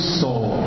soul